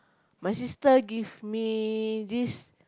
my sister give me this